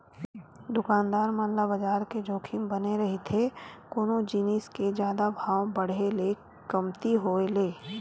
दुकानदार मन ल बजार के जोखिम बने रहिथे कोनो जिनिस के जादा भाव बड़हे ले कमती होय ले